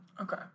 Okay